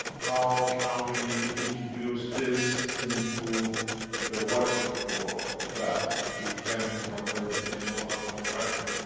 how can we introduce this into the work, or that it can become beneficial much more rapid?